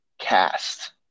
cast